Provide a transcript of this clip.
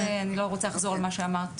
אני לא רוצה לחזור על מה שאמרת,